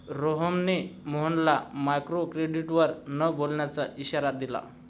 रोहनने सोहनला मायक्रोक्रेडिटवर न बोलण्याचा इशारा दिला